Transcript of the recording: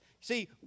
See